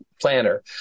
planner